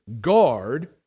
guard